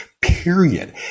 period